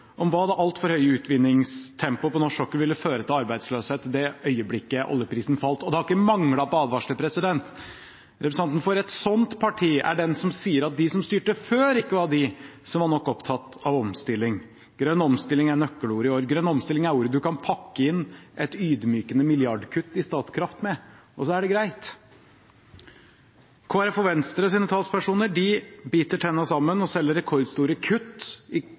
om hva det altfor høye utvinningstempoet på norsk sokkel vil føre til av arbeidsløshet det øyeblikket oljeprisen faller. Det har ikke manglet på advarsler. Representanten for et sånt parti er den som sier at de som styrte før, ikke var av dem som var nok opptatt av omstilling. «Grønn omstilling» er nøkkelordet i år. «Grønn omstilling» er ordet man kan pakke inn et ydmykende milliardkutt til Statkraft med, og så er det greit. Kristelig Folkepartis og Venstres talspersoner biter tennene sammen og selger rekordstore kutt i